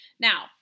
Now